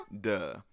Duh